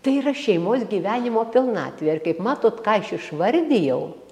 tai yra šeimos gyvenimo pilnatvė ir kaip matot ką aš išvardijau